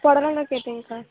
புடலங்கா கேட்டேங்க்கா